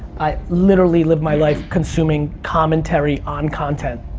i literally live my life consuming commentary on content.